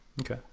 Okay